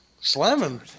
Slamming